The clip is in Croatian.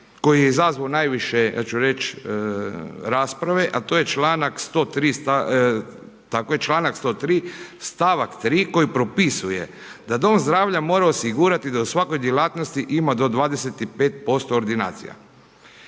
koji je izazvao najviše, ja ću reći rasprave, a to je članak 103. stavak 3. koji propisuje da dom zdravlja mora osigurati da u svakoj djelatnosti ima do 25% ordinacija.